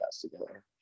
together